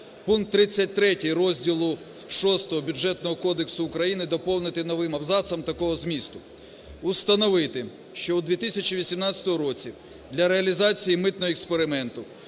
"Пункт 33 розділу VI Бюджетного кодексу України доповнити новим абзацом такого змісту: "Установити, що в 2018 році для реалізації митного експерименту